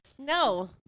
no